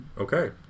Okay